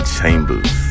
Chambers